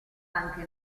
anche